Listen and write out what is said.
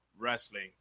wrestling